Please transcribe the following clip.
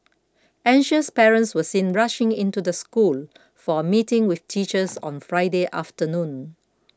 anxious parents were seen rushing into the school for a meeting with teachers on Friday afternoon